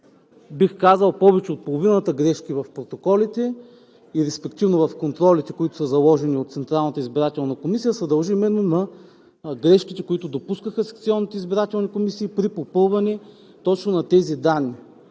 бих казал, че повече от половината грешки в протоколите и респективно в контролите, които са заложени от Централната избирателна комисия, се дължи именно на грешките, които допускаха секционните избирателни комисии, при попълване точно на тези данни.